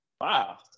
Wow